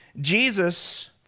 Jesus